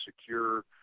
secure